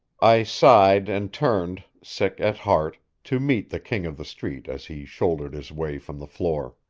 i sighed and turned, sick at heart, to meet the king of the street as he shouldered his way from the floor.